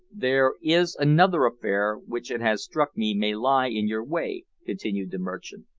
there is another affair, which, it has struck me, may lie in your way, continued the merchant.